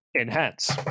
enhance